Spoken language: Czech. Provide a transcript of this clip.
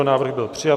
Návrh byl přijat.